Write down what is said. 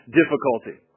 difficulty